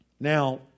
Now